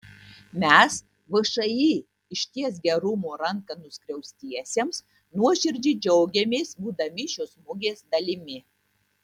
mes všį ištiesk gerumo ranką nuskriaustiesiems nuoširdžiai džiaugiamės būdami šios mugės dalimi